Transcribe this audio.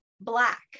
black